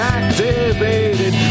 activated